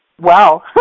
Wow